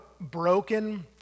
broken